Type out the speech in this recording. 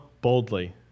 boldly